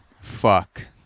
Fuck